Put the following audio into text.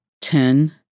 Ten